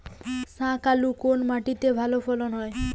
শাকালু কোন মাটিতে ভালো ফলন হয়?